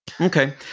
Okay